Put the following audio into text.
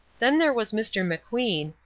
then there was mr. mcqueen,